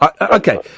Okay